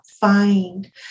find